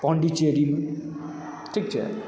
पाण्डिचेरीमे ठीक छै